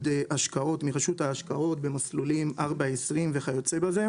השקעות מרשות ההשקעות במסלולים 4/20 וכיוצא בזה.